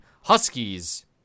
Huskies